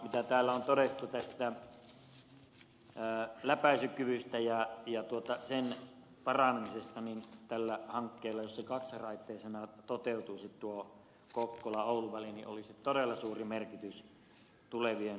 mitä täällä on todettu tästä läpäisykyvystä ja sen varaamisesta niin tällä hankkeella jos se kokkolaoulu väli kaksiraiteisena toteutuisi olisi todella suuri merkitys tulevien vuosien tavaraliikenteelle ja henkilöliikenteelle